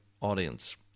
audience